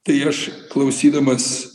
tai aš klausydamas